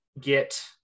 get